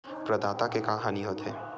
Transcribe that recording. प्रदाता के का हानि हो थे?